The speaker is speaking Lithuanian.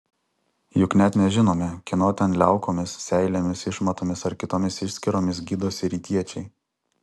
juk net nežinome kieno ten liaukomis seilėmis išmatomis ar kitomis išskyromis gydosi rytiečiai